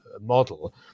model